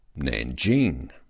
Nanjing